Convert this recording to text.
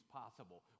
possible